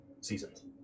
seasons